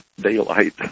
daylight